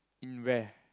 in where